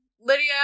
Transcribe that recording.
lydia